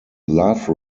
love